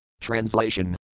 Translation